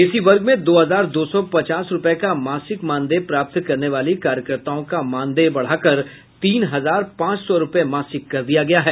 इसी वर्ग में दो हजार दो सौ पचास रुपए का मासिक मानदेय प्राप्त करने वाली कार्यकर्ताओं का मानदेय बढ़ाकर तीन हजार पांच सौ रुपए मासिक कर दिया गया है